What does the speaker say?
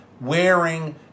wearing